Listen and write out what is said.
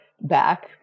back